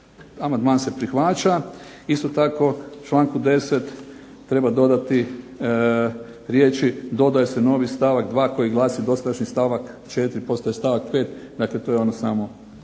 amandman se prihvaća. Isto tako članku 10. treba dodati riječi: "Dodaje se novi stavak 2. koji glasi – Dosadašnji stavak 4. postaje stavak 5." Dakle, to je ono samo